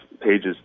pages